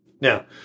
Now